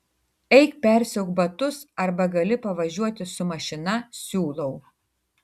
eik persiauk batus arba gali pavažiuoti su mašina siūlau